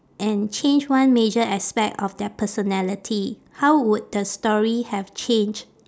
and change one major aspect of their personality how would the story have changed